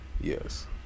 Yes